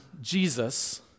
Jesus